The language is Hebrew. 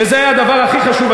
וזה היה הדבר הכי חשוב,